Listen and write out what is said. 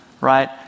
Right